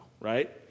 right